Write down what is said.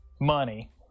money